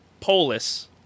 Polis